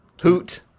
Hoot